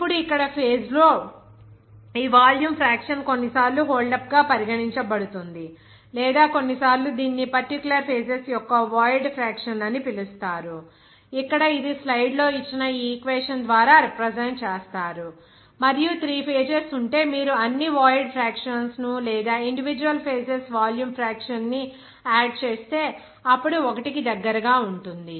ఇప్పుడు ఇక్కడ ఫేజ్ లో ఈ వాల్యూమ్ ఫ్రాక్షన్ కొన్నిసార్లు హోల్డప్ గా పరిగణించబడుతుంది లేదా కొన్నిసార్లు దీనిని పర్టిక్యులర్ ఫేజెస్ యొక్క వోయిడ్ ఫ్రాక్షన్ అని పిలుస్తారుఇక్కడ ఇది స్లైడ్లో ఇచ్చిన ఈ ఈక్వేషన్ ద్వారా రిప్రజెంట్ చేస్తారు మరియు 3 ఫేజెస్ ఉంటే మీరు అన్ని వోయిడ్ ఫ్రాక్షన్స్ ను లేదా ఇండివిడ్యువల్ ఫేజెస్ వాల్యూమ్ ఫ్రాక్షన్ ని ఆడ్ చేస్తే అప్పుడు 1 కి దగ్గరగా ఉంటుంది